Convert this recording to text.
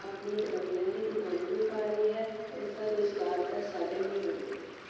ਆਪਣੀ ਦਵਾਈਆਂ ਦੀ ਦੁਕਾਨ ਵੀ ਪਾ ਲਈ ਹੈ ਉਸਦਾ ਰੁਜ਼ਗਾਰ ਦਾ ਸਾਧਨ ਵੀ ਬਣ ਗਿਆ ਹੈ